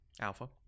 Alpha